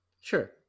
sure